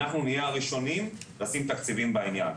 אנחנו נהיה הראשונים לשים תקציבים בעניין,